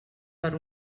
per